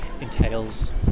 entails